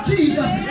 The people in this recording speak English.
Jesus